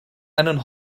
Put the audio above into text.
einen